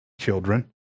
children